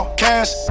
cash